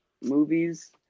movies